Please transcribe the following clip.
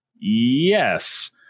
Yes